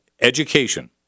education